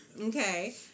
okay